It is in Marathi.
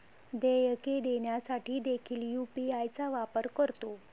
देयके देण्यासाठी देखील यू.पी.आय चा वापर करतो